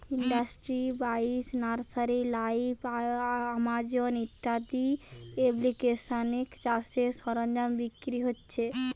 industry বাইশ, nursery live, Amazon ইত্যাদি এপ্লিকেশানে চাষের সরঞ্জাম বিক্রি হচ্ছে